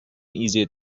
easier